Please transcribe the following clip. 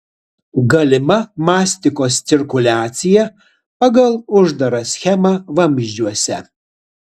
galima mastikos cirkuliacija pagal uždarą schemą vamzdžiuose